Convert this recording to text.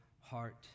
heart